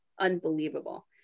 unbelievable